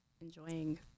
enjoying